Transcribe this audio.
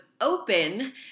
open